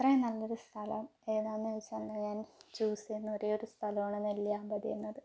അത്രയും നല്ലൊരു സ്ഥലം ഏതാണെന്നു ചോദിച്ചിട്ടുണ്ടെങ്കിൽ ഞാൻ ചൂസ് ചെയ്യുന്ന ഒരേയൊരു സ്ഥലമാണ് നെല്ലിയാമ്പതി എന്നത്